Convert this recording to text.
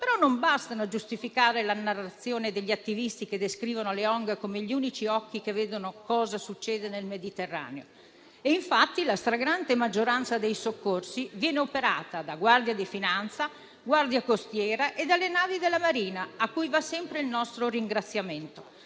però non bastano a giustificare la narrazione degli attivisti che descrivono le ONG come gli unici occhi che vedono cosa succede nel Mediterraneo. Infatti, la stragrande maggioranza dei soccorsi viene operata dalla Guardia di finanza, dalla Guardia costiera e dalle navi della Marina, a cui va sempre il nostro ringraziamento.